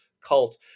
Cult